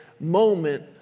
moment